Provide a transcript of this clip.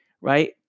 right